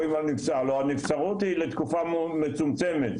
הלו הנבצרות היא לתקופה מצומצמת,